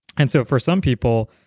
and so for some people,